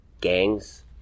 gangs